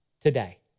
today